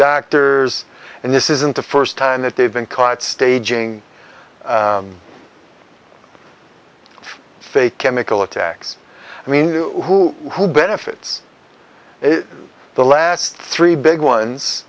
doctors and this isn't the first time that they've been caught staging a chemical attacks i mean who who benefits the last three big ones